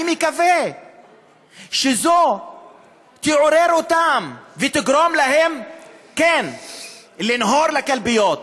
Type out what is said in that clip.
אני מקווה שזו תעורר אותם ותגרום להם לנהור לקלפיות